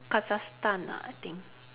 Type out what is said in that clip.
Kazakhstan ah I think